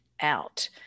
out